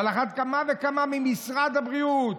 ועל אחת כמה וכמה ממשרד הבריאות.